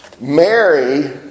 Mary